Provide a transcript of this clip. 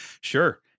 Sure